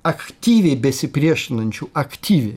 aktyviai besipriešinančių aktyviai